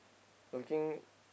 looking